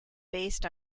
based